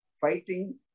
fighting